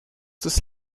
des